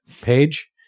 page